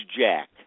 jack